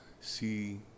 See